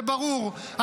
זה ברור.